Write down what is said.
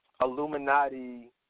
Illuminati